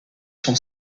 son